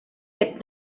had